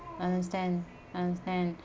understand understand